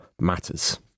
matters